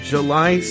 July